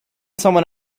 someone